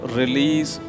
release